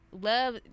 Love